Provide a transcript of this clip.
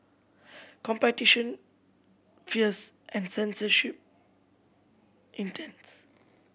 competition fierce and censorship intense